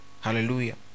hallelujah